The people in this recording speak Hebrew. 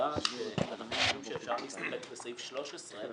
והסיבה שאנחנו חושבים שאפשר להסתפק בסעיף 13,